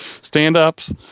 Stand-ups